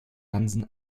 hansen